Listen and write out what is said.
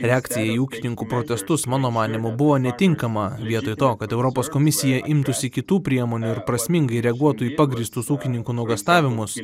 reakcija į ūkininkų protestus mano manymu buvo netinkama vietoj to kad europos komisija imtųsi kitų priemonių ir prasmingai reaguotų į pagrįstus ūkininkų nuogąstavimus